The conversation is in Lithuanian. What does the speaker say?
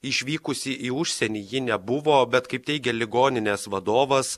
išvykusi į užsienį ji nebuvo bet kaip teigia ligoninės vadovas